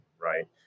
right